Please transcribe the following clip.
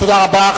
תודה רבה.